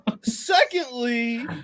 secondly